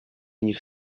них